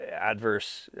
adverse